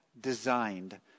designed